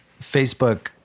Facebook